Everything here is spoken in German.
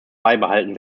beibehalten